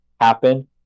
happen